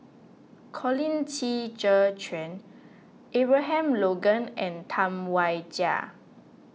Colin Qi Zhe Quan Abraham Logan and Tam Wai Jia